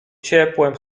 ciepłem